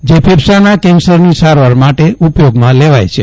જે ફેફસાના કેન્સરની સારવાર માટે ઉપયોગમાં લેવાય છે